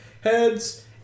heads